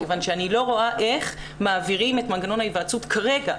כיוון שאני לא רואה איך מעבירים את מנגנון ההיוועצות כרגע,